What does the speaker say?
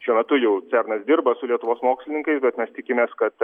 šiuo metu jau cernas dirba su lietuvos mokslininkais bet mes tikimės kad